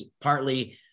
partly